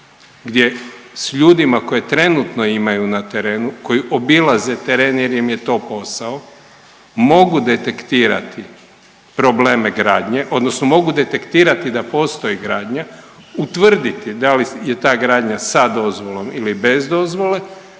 gdje s ljudima koje trenutno imaju na terenu, koji obilaze teren jer im je to posao mogu detektirati probleme gradnje odnosno mogu detektirati da postoji gradnja, utvrditi da li je ta gradnja sa dozvolom ili bez dozvole.